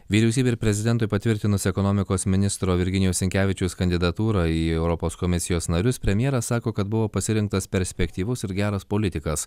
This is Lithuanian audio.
vyriausybei ir prezidentui patvirtinus ekonomikos ministro virginijaus sinkevičiaus kandidatūrą į europos komisijos narius premjeras sako kad buvo pasirinktas perspektyvus ir geras politikas